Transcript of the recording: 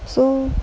so